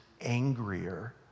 angrier